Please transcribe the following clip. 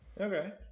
Okay